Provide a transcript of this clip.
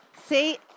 See